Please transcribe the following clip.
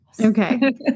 Okay